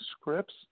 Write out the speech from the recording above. scripts